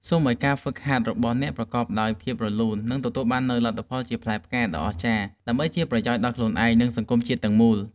សូមឱ្យការហ្វឹកហាត់របស់អ្នកប្រកបដោយភាពរលូន និងទទួលបាននូវលទ្ធផលជាផ្លែផ្កាដ៏អស្ចារ្យដើម្បីជាប្រយោជន៍ដល់ខ្លួនឯង និងសង្គមជាតិទាំងមូល។